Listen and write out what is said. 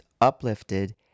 uplifted